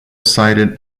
cited